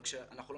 אבל אנחנו לא